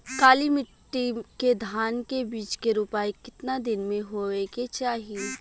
काली मिट्टी के धान के बिज के रूपाई कितना दिन मे होवे के चाही?